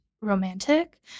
romantic